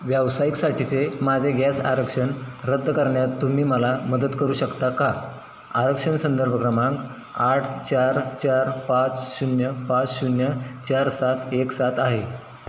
व्यावसायिकसाठीचे माझे गॅस आरक्षण रद्द करण्यात तुम्ही मला मदत करू शकता का आरक्षण संदर्भ क्रमांक आठ चार चार पाच शून्य पाच शून्य चार सात एक सात आहे